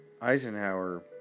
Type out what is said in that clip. Eisenhower